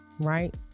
right